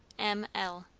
m. l.